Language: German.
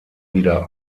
wieder